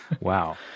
Wow